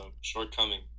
shortcoming